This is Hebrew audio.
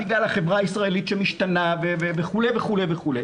בגלל החברה הישראלית שמשתנה וכו' וכו' וכו',